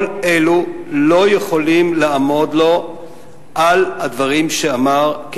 כל אלו לא יכולים לעמוד לו לנוכח הדברים שאמר,